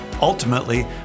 ultimately